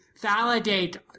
validate